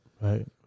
Right